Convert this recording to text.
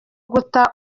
guta